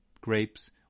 grapes